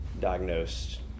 diagnosed